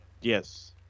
Yes